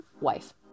wife